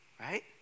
right